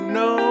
no